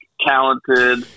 talented